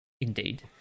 Indeed